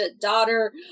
daughter